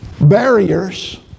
barriers